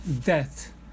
death